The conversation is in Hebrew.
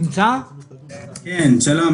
--- ירידה במחזורים,